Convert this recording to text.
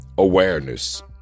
Awareness